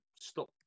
stop